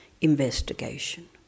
investigation